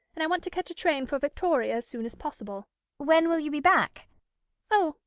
and i want to catch a train for victoria as soon as possible when will you be back oh,